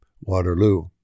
Waterloo